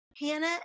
Hannah